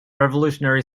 revolutionary